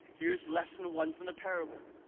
here is lesson one from the parable.